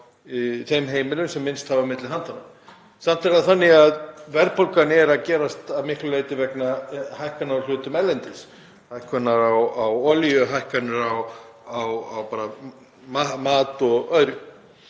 á þeim heimilum sem minnst hafa milli handanna. Samt er það þannig að verðbólgan er að miklu leyti vegna hækkana á hlutum erlendis; hækkunar á olíu, hækkunar á mat og öðru.